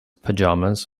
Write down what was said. pajamas